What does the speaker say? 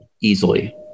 easily